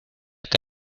que